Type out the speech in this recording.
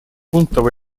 пунктов